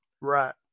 Right